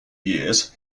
years